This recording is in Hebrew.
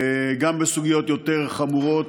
גם בסוגיות יותר חמורות,